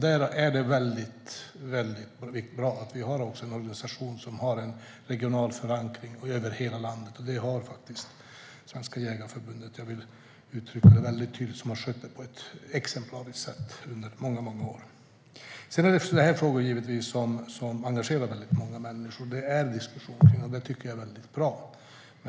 Då är det mycket bra att vi har en organisation som har en regional förankring över hela landet, och det har faktiskt Svenska Jägareförbundet som har skött detta på ett exemplariskt sätt under många år. Jag vill uttrycka det väldigt tydligt. Givetvis är detta frågor som engagerar många människor och som det är diskussion om. Det tycker jag är mycket bra.